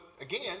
again